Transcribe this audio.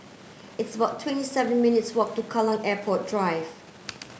it's about twenty seven minutes' walk to Kallang Airport Drive